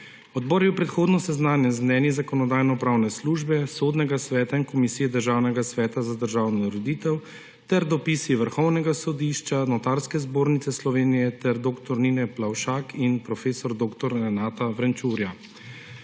Odbor je bil predhodno seznanjen z mnenji Zakonodajno-pravne službe, Sodnega sveta in Komisije državnega sveta za državno ureditev ter dopisi Vrhovnega sodišča, Notarske zbornice Slovenije ter dr. Nine Plavšak in prof. dr. Renata Vrenčurja.